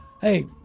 Hey